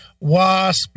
wasp